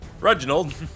Reginald